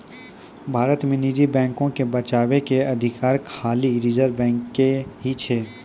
भारत मे निजी बैको के बचाबै के अधिकार खाली रिजर्व बैंक के ही छै